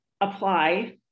apply